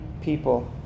people